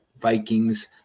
vikings